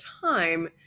time